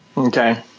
Okay